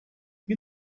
you